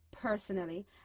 Personally